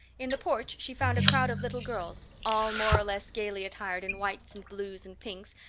in the porch she found a crowd of little girls, all more or less gaily attired in whites and blues and pinks,